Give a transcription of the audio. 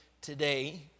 today